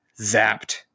zapped